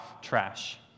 Trash